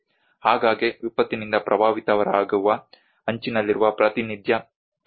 ಆಗಾಗ್ಗೆ ವಿಪತ್ತಿನಿಂದ ಪ್ರಭಾವಿತರಾಗುವ ಅಂಚಿನಲ್ಲಿರುವ ಪ್ರಾತಿನಿಧ್ಯ ವ್ಯವಸ್ಥೆಗಳು